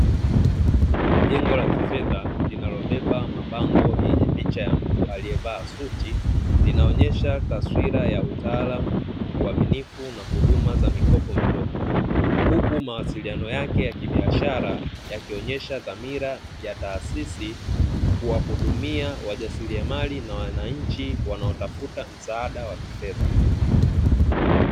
Jengo la kifedha linalobeba mabango yenye picha ya mtu alievaa suti linaonesha taswira ya utaalamu, uaminifu na huduma za mikopo midogo huku mawasiliano yake ya kibiashara yakionesha dhamira ya taasisi kuwahudumia wajasiliamali na wananchi wanaotafuta msaada wa kifedha.